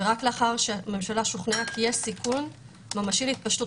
רק לאחר שהממשלה שוכנעה שיש סיכון ממשי להתפשטות